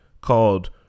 called